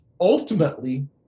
ultimately